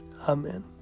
Amen